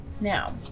Now